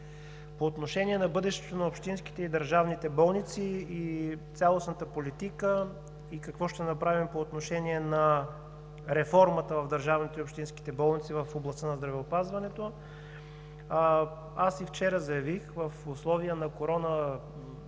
по отношение на бъдещето на общинските и държавните болници и цялостната политика и какво ще направим по отношение на реформата в държавните и общинските болници в областта на здравеопазването – аз и вчера го заявих. В условия на коронавирус,